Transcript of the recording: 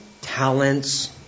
talents